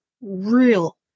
real